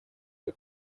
для